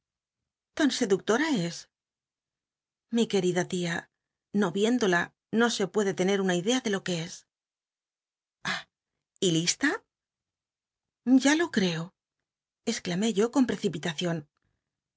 tan seductora es i querida tia no viéndola no se puede tener una idea de lo que cs ah y lista ya lo orco exclamé yo con precipitacion